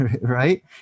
right